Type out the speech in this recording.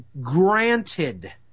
granted